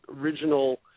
original